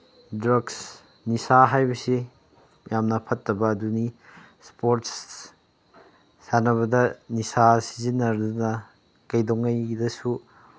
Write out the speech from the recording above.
drugs ꯅꯤꯁꯥ ꯍꯥꯏꯕꯁꯤ ꯌꯥꯝꯅ ꯐꯠꯇꯕ ꯑꯗꯨꯅꯤ ꯏꯁꯄꯣꯔꯠꯁ ꯁꯥꯟꯅꯕꯗ ꯅꯤꯁꯥ ꯁꯤꯖꯤꯟꯅꯗꯅ ꯀꯩꯗꯧꯉꯩꯗꯁꯨ